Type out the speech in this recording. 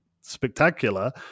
spectacular